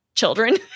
children